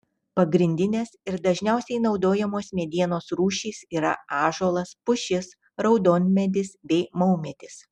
pagrindinės ir dažniausiai naudojamos medienos rūšys yra ąžuolas pušis raudonmedis bei maumedis